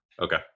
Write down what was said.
okay